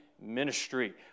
ministry